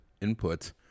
input